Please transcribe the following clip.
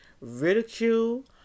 ridicule